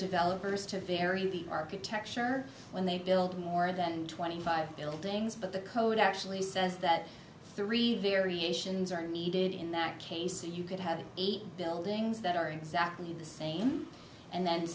developers to vary the architecture when they build more than twenty five buildings but the code actually says that three variations are needed in that case you could have eight buildings that are exactly the same and then